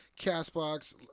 CastBox